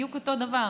בדיוק אותו הדבר.